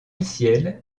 ciel